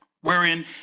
wherein